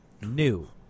new